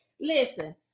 Listen